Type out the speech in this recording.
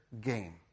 game